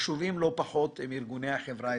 חשובים לא פחות הם ארגוני החברה האזרחית,